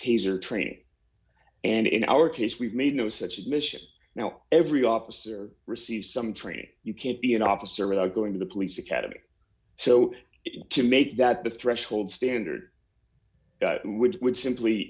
taser training and in our case we've made no such admission now every officer receives some training you can't be an officer without going to the police academy so to make that the threshold standard would simply